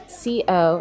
c-o